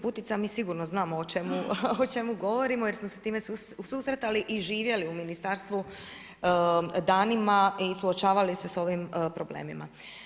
Kolegica Putica, mi sigurno znamo o čemu govorimo jer smo se time susretali i živjeli u ministarstvu danima i suočavali se s ovim problemima.